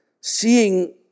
seeing